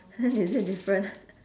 !huh! is it different